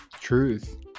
truth